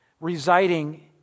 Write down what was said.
residing